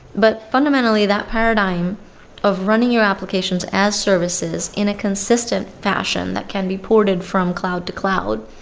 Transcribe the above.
but, fundamentally, that paradigm of running your applications as services in a consistent fashion that can be ported from cloud to cloud,